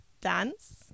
Dance